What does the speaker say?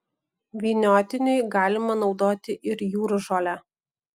vyniotiniui galima naudoti ir jūržolę